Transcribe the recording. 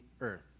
earth